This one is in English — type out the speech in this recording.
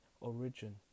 origin